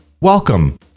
welcome